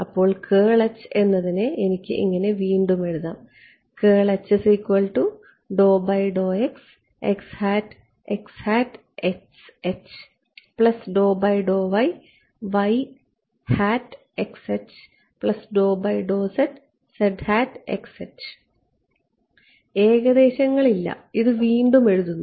അപ്പോൾ എന്നതിനെ എനിക്ക് വീണ്ടും ഇങ്ങനെ എഴുതാം ഏകദേശങ്ങളില്ല ഇത് വീണ്ടും എഴുതുന്നു